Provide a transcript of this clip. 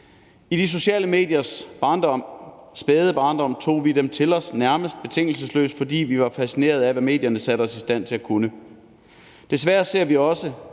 I de sociale mediers barndom, spæde barndom, tog vi dem til os nærmest betingelsesløst, fordi vi var fascineret af, hvad medierne da satte os i stand til at kunne. Desværre ser vi også,